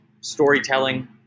storytelling